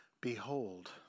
Behold